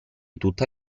tutta